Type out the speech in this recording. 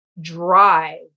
drive